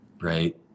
right